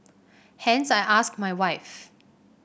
hence I asked my wife